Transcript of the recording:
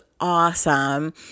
awesome